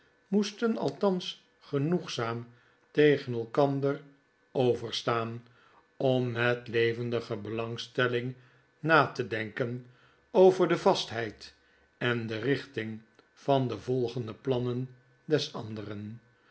moesten althans genoegzaam tegen elkander overstaan om met levendige beiangstelling na te denken over de vastheid en de richting van de volgende plannen des anderen